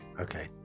okay